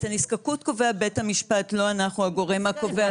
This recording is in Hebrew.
את הנזקקות קובע בית המשפט, לא אנחנו הגורם הקובע.